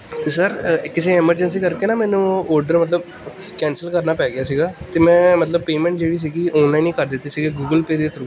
ਅਤੇ ਸਰ ਕਿਸੇ ਐਮਰਜੇਂਸੀ ਕਰਕੇ ਨਾ ਮੈਨੂੰ ਔਡਰ ਮਤਲਬ ਕੈਂਸਲ ਕਰਨਾ ਪੈ ਗਿਆ ਸੀਗਾ ਅਤੇ ਮੈਂ ਮਤਲਬ ਪੇਮੈਂਟ ਜਿਹੜੀ ਸੀਗੀ ਔਨਲਾਈਨ ਹੀ ਕਰ ਦਿੱਤੀ ਸੀਗੀ ਗੂਗਲ ਪੇ ਦੇ ਥਰੂ